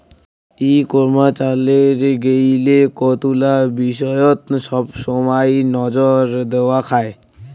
ই commerce চালের গেইলে কতুলা বিষয়ত সবসমাই নজর দ্যাওয়া খায়